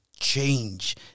change